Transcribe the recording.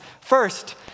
First